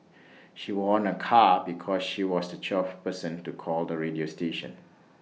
she won A car because she was the twelfth person to call the radio station